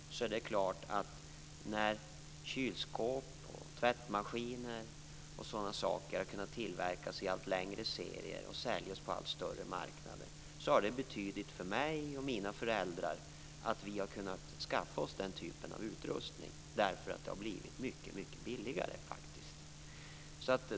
Att t.ex. kylskåp och tvättmaskiner har kunnat tillverkas i allt längre serier och säljas på allt större marknader har för mig och mina föräldrar betytt att vi har kunnat skaffa oss den typen av utrustning, därför att den har blivit mycket billigare.